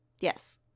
Yes